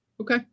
Okay